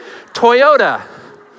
Toyota